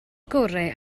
gorau